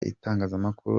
itangazamakuru